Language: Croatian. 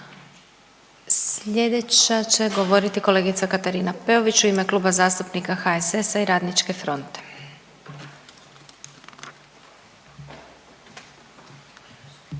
Sljedeća će govoriti kolegica Katarina Peović u ime Kluba zastupnika HSS-a i RF-a. Izvolite.